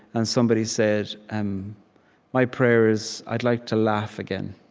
and somebody said, um my prayer is, i'd like to laugh again.